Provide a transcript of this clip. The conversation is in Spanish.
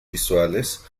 visuales